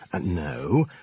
No